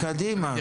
אז קדימה, קצר.